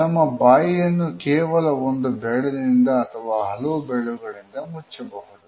ನಮ್ಮ ಬಾಯಿಯನ್ನು ಕೇವಲ ಒಂದು ಬೆರಳಿನಿಂದ ಅಥವಾ ಹಲವು ಬೆರಳುಗಳಿಂದ ಮುಚ್ಚಬಹುದು